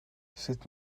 sud